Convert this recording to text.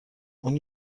اون